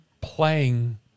playing